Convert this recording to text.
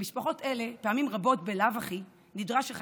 במשפחות אלה פעמים רבות בלאו הכי נדרש אחד